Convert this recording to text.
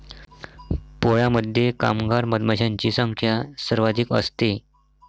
पोळ्यामध्ये कामगार मधमाशांची संख्या सर्वाधिक असते